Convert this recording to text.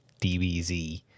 DBZ